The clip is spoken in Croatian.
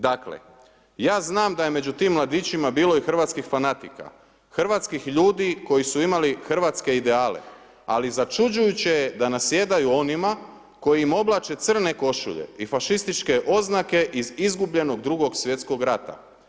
Dakle, ja znam da je među tim mladićima bilo i hrvatskih fanatika, hrvatskih ljudi koji su imali hrvatske ideale, ali začuđujuće je da nasjedaju onima koji im oblače crne košulje i fašističke oznake iz izgubljenog Drugog svjetskog rata.